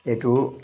এইটো